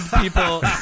people